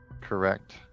correct